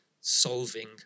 solving